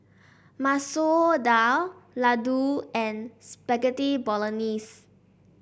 Masoor Dal Ladoo and Spaghetti Bolognese